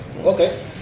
Okay